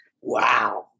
Wow